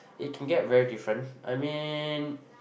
it can get very different I mean